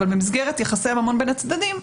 אבל במסגרת יחסי ממון בין הצדדים,